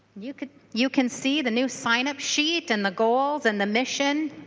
you can you can see the new sign up sheet and the goals and the mission.